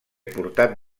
portat